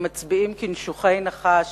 הם מצביעים כנשוכי נחש,